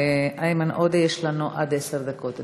לאיימן עודה יש עד עשר דקות.